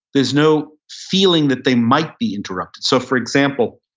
there's no feeling that they might be interrupted so for example,